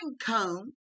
cone